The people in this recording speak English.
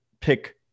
pick